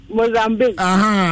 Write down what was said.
Mozambique